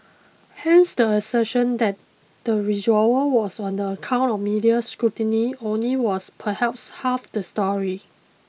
hence the assertion that the withdrawal was on the account of media scrutiny only was perhaps half the story